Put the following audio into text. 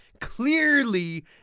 clearly